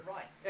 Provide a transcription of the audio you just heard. Right